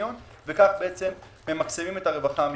בקניון וכך ממקסמים את הרווחה המשקית.